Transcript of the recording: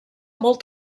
molt